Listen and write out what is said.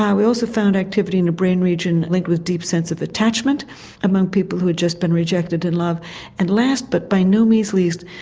um we also found activity in the brain region linked with deep sense of attachment among people who had just been rejected in love and last, but by no means least,